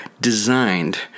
designed